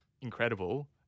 incredible